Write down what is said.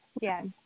Yes